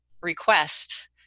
request